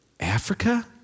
Africa